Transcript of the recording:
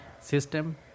system